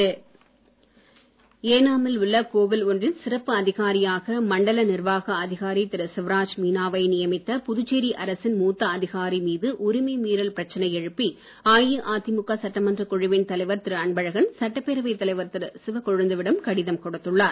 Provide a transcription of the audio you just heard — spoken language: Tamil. அன்பழகன் ஏனாமில் உள்ள கோவில் ஒன்றின் சிறப்பு அதிகாரியாக மண்டல நிர்வாக அதிகாரி திரு சிவராஜ் மீனாவை நியமித்த புதுச்சேரி அரசின் மூத்த அதிகாரி மீது உரிமை மீறல் பிரச்சனை எழுப்பி அஇஅதிமுக சட்டமன்ற குழுவின் தலைவர் திரு அன்பழகன் சட்டப்பேரவை தலைவர் திரு சிவக்கொழுந்துவிடம் கடிதம் கொடுத்துள்ளார்